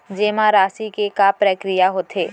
जेमा राशि के का प्रक्रिया होथे?